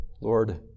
Lord